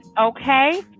okay